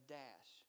dash